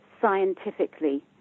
scientifically